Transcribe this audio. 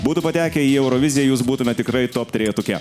būtų patekę į euroviziją jūs būtumėt tikrai top trejetuke